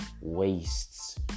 Wastes